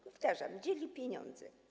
Powtarzam: dzieli pieniądze.